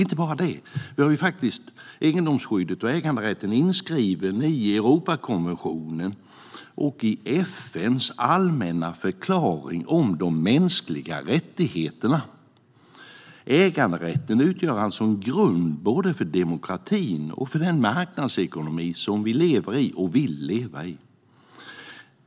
Inte bara det, äganderätten och egendomsskyddet är dessutom inskrivna i Europakonventionen och i FN:s allmänna förklaring om de mänskliga rättigheterna. Äganderätten utgör alltså en grund både för demokratin och för den marknadsekonomi som vi lever i och vill leva i.